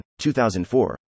2004